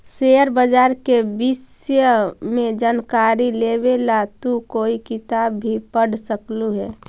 share बाजार के विष्य में जानकारी लेवे ला तू कोई किताब भी पढ़ सकलू हे